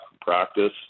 practice